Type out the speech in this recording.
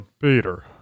Peter